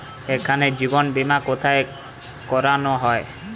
এখানে জীবন বীমা কোথায় করানো হয়?